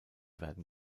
werden